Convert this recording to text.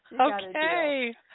Okay